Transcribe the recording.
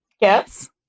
Yes